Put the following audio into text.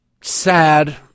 sad